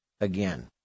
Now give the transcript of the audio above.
again